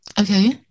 okay